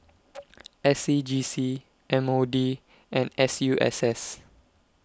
S C G C M O D and Suss